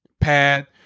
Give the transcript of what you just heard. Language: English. pad